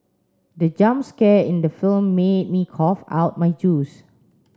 the jump scare in the film made me cough out my juice